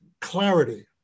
clarity